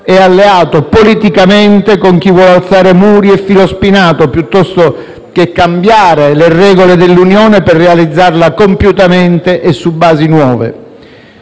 è alleato politicamente con chi vuole alzare muri e filo spinato piuttosto che cambiare le regole dell'Unione per realizzarla compiutamente e su basi nuove.